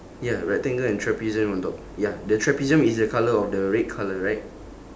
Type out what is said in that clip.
ya rectangle and trapezium on top ya the trapezium is the colour of the red colour right